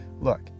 Look